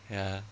ya